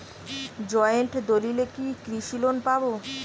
Joint দলিলে কি কৃষি লোন পাব?